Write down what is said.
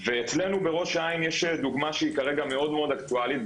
ואצלנו בראש העין יש דוגמה שהיא כרגע מאוד מאוד אקטואלית,